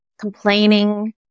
complaining